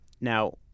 Now